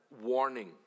warning